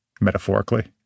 metaphorically